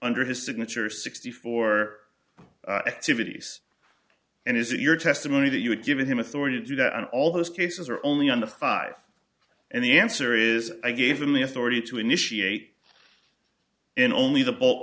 under his signature sixty four activities and is it your testimony that you had given him authority to do that and all those cases are only under five and the answer is i gave them the authority to initiate in only the bulk